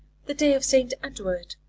the day of st. edward,